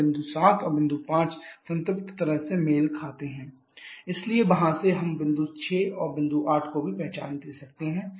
तब बिंदु 7 और बिंदु 5 संतृप्त तरल से मेल खाते हैं इसलिए वहां से हम बिंदु 6 और बिंदु 8 को भी पहचान सकते हैं